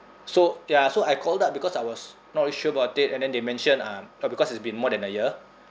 so ya so I called up because I was not really sure about it and then they mention um uh because it's been more than a year